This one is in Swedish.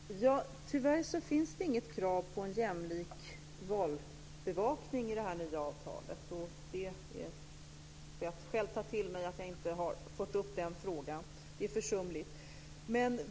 Fru talman! Tyvärr finns det inget krav på en jämlik valbevakning i det nya avtalet. Jag får själv ta till mig att jag inte har fört upp den frågan; det är försumligt.